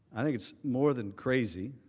i think it is more than crazy.